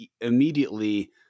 immediately